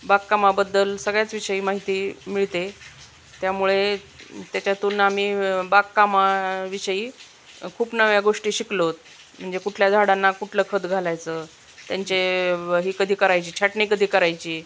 बागकामाबद्दल सगळ्याच विषयी माहिती मिळते त्यामुळे त्याच्यातून आम्ही बागकामाविषयी खूप नव्या गोष्टी शिकलोत म्हणजे कुठल्या झाडांना कुठलं खत घालायचं त्यांचे ही कधी करायची छाटणी कधी करायची